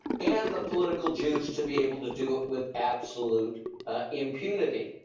and the political juice to be able to do it with absolute impunity.